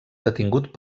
detingut